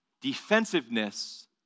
Defensiveness